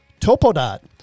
TopoDot